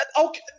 okay